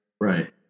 Right